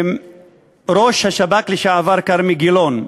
לראש השב"כ לשעבר כרמי גילון.